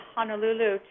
Honolulu